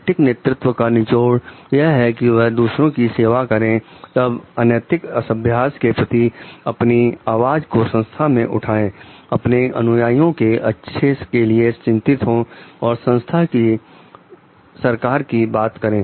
नैतिक नेतृत्व का निचोड़ यह है कि वह दूसरों की सेवा करें तब अनैतिक अभ्यास के प्रति अपनी आवाज को संस्था में उठाए अपने अनुयायियों के अच्छे के लिए चिंतित हो और संस्था की सरकार से बात करें